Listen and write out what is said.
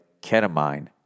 ketamine